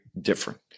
different